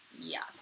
Yes